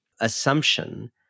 assumption